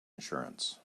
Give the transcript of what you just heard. insurance